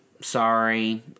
sorry